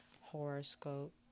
horoscope